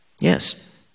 Yes